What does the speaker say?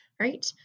right